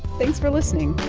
thanks for listening